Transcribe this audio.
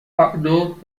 اعداد